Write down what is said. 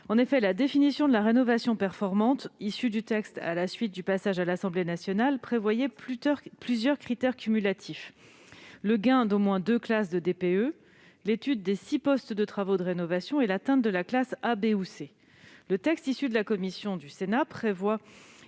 revenir à la définition de la rénovation performante proposée par le Gouvernement et adoptée à l'Assemblée nationale. Cette définition prévoyait plusieurs critères cumulatifs : le gain d'au moins deux classes de DPE, l'étude de six postes de travaux de rénovation et l'atteinte de la classe A, B ou C. Le texte issu de la commission du Sénat prévoit